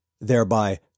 thereby